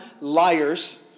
liars